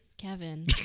kevin